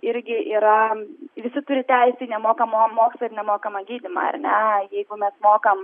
irgi yra visi turi teisę į nemokamą mokslą ir nemokamą gydymą ar ne jeigu mes mokam